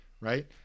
right